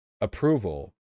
approval